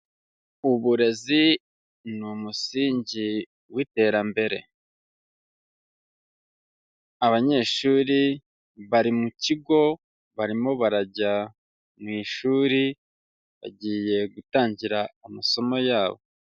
Uburezi ni umusingi w'Iterambere, abanyeshuri bari mu kigo barimo barajya mu ishuri, bagiye gutangira amasomo yabo.